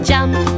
Jump